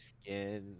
skin